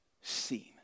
seen